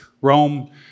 Rome